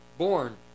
Born